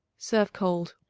serve cold.